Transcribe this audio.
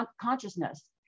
consciousness